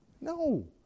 no